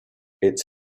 its